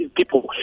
people